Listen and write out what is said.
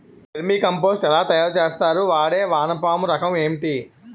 Vermi compost ఎలా తయారు చేస్తారు? వాడే వానపము రకం ఏంటి?